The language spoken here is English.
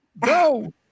Go